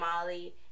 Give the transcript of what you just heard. Molly